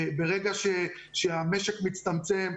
ברגע שהמשק מצטמצם,